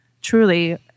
truly